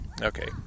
okay